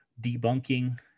debunking